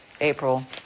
April